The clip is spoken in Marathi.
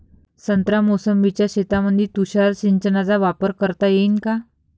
संत्रा मोसंबीच्या शेतामंदी तुषार सिंचनचा वापर करता येईन का?